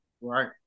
right